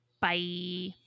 Bye